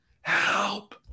help